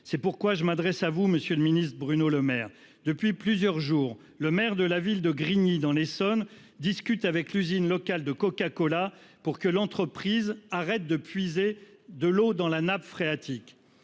C'est pourquoi je m'adresse à vous Monsieur le Ministre Bruno Lemaire depuis plusieurs jours, le maire de la ville de Grigny dans l'Essonne discute avec l'usine locale de Coca-Cola pour que l'entreprise arrête de puiser de l'eau dans la nappe phréatique